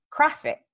CrossFit